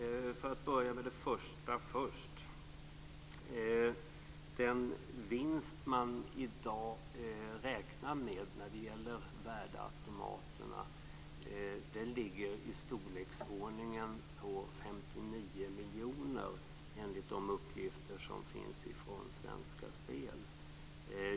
Fru talman! Jag vill börja med den första frågan. Den vinst man i dag räknar med när det gäller värdeautomaterna är i storleksordningen 59 miljoner kronor enligt de uppgifter som finns från Svenska Spel.